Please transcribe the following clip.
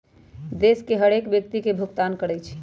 देश के हरेक व्यक्ति के भुगतान करइ छइ